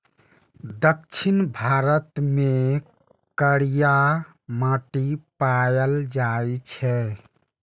दक्षिण भारत मे करिया माटि पाएल जाइ छै